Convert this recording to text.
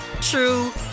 true